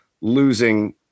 losing